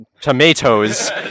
Tomatoes